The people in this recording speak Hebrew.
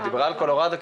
היא דברה על קולורדו.